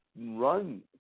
run